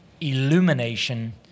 illumination